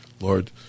Lord